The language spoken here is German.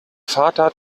vater